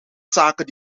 zaken